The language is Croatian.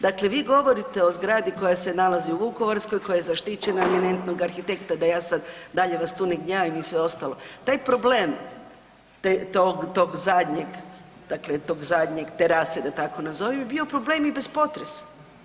Dakle vi govorite o zgradu koja se nalazi u Vukovarskoj, koja je zaštićena od eminentnog arhitekta, da ja sad dalje vas tu ne gnjavim i sve ostalo, taj problem tog zadnjeg, dakle tog zadnjeg, terase da tako nazovem je bio problem i bez potresa.